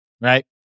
right